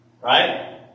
Right